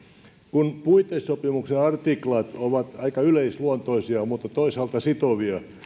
kun puitesopimuksen artiklat ovat aika yleisluontoisia mutta toisaalta sitovia niin